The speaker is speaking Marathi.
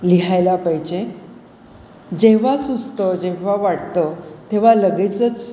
लिहायला पाहिजे जेव्हा सुचतं जेव्हा वाटतं तेव्हा लगेचच